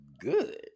good